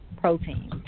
protein